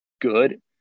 good